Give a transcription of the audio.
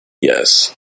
Yes